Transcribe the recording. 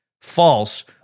false